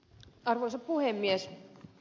arvoisa puhemies